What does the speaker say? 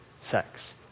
sex